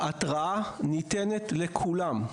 ההתרעה ניתנת לכולם.